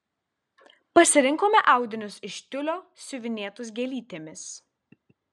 pasirinkome audinius iš tiulio siuvinėtus gėlytėmis